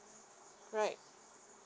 right